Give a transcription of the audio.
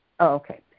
Okay